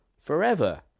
forever